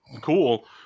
cool